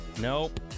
Nope